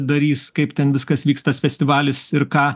darys kaip ten viskas vyks tas festivalis ir ką